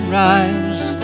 rise